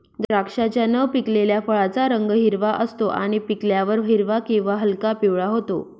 द्राक्षाच्या न पिकलेल्या फळाचा रंग हिरवा असतो आणि पिकल्यावर हिरवा किंवा हलका पिवळा होतो